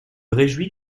réjouis